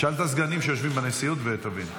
תשאל את הסגנים שיושבים בנשיאות ותבין,